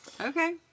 Okay